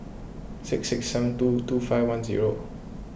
six six seven two two five one zero